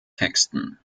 texten